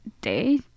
Day